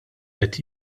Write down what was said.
qed